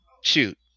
shoot